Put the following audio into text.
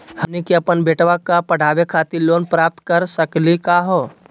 हमनी के अपन बेटवा क पढावे खातिर लोन प्राप्त कर सकली का हो?